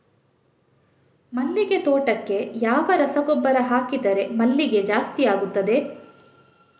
ಮಲ್ಲಿಗೆ ತೋಟಕ್ಕೆ ಯಾವ ರಸಗೊಬ್ಬರ ಹಾಕಿದರೆ ಜಾಸ್ತಿ ಮಲ್ಲಿಗೆ ಆಗುತ್ತದೆ?